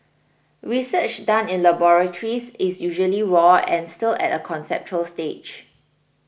research done in laboratories is usually raw and still at a conceptual stage